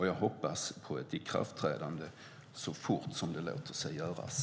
Jag hoppas på ett ikraftträdande så fort som det låter sig göras.